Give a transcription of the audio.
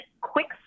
quick